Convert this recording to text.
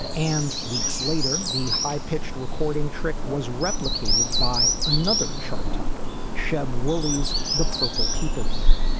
and weeks later, the high pitched recording trick was replicated by another chart topper, shab woolies, the purple people eater.